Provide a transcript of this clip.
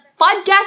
podcast